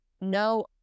no